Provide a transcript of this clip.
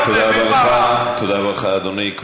תודה רבה לך, אדוני.